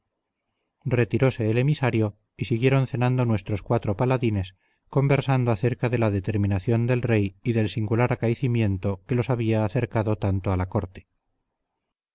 retiróse el emisario y siguieron cenando nuestros cuatro paladines conversando acerca de la determinación del rey y del singular acaecimiento que los había acercado tanto a la corte